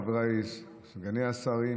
חבריי סגני השרים,